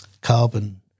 carbon